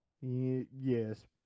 Yes